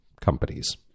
companies